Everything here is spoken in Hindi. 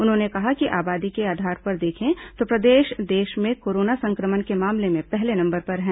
उन्होंने कहा कि आबादी के आधार पर देखें तो प्रदेश देश में कोरोना संक्रमण के मामले में पहले नंबर पर है